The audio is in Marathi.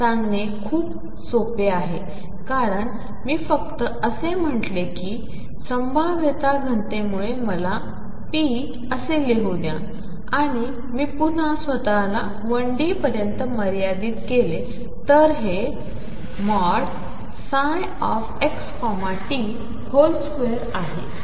हेसांगणेखूपसोपेआहेकारणमीफक्तअसेम्हटलेआहेकीसंभाव्यताघनतेमुळेमलाहेρ असेलिहूद्याआणिमीपुन्हास्वतःला1Dपर्यंतमर्यादितकेलेतरहेxt2आहेजेवेळेवरअवलंबूनआहे